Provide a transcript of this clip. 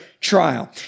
Trial